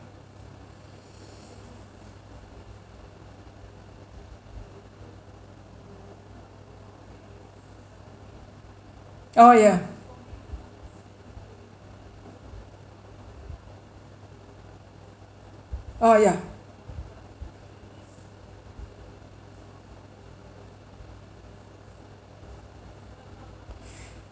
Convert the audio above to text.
oh ya oh ya